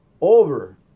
over